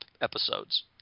episodes